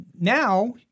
now